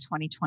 2020